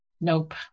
Nope